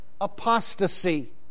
apostasy